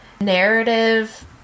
narrative